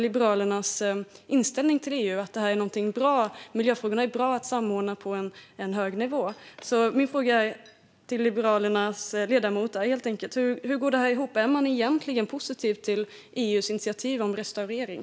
Liberalernas inställning är ju att EU är något bra och att det är bra att samordna miljöfrågorna på hög nivå, så min fråga till Liberalernas ledamot är helt enkelt hur det här går ihop. Är man egentligen positiv till EU:s initiativ om restaurering?